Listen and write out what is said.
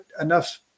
enough